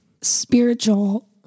spiritual